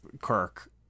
Kirk